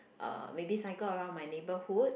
uh maybe cycle around my neighbourhood